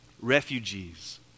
refugees